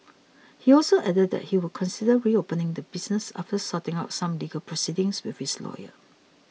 he also added that he would consider reopening the business after sorting out some legal proceedings with his lawyer